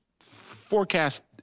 forecast